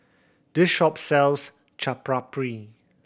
this shop sells Chaat Papri